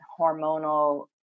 hormonal